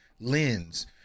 lens